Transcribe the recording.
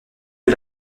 que